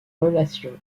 relation